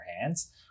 hands